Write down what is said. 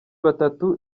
batatu